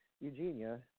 Eugenia